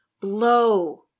blow